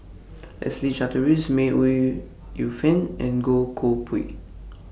Leslie Charteris May Ooi Yu Fen and Goh Koh Pui